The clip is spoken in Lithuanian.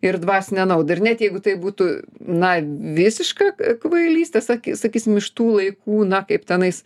ir dvasinę naudą ir net jeigu taip būtų na visiška kvailystė saky sakysim iš tų laikų na kaip tenais